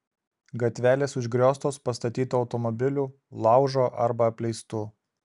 gatvelės užgrioztos pastatytų automobilių laužo arba apleistų